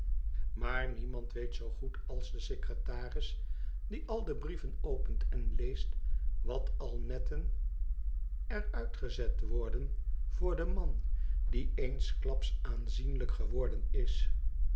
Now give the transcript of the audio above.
maar niemand weet zoo goed als de secretaris die al de brieven opent en leest wat al netten er uitgezet worden voor den man die eensklaps aanzienlijk geworden is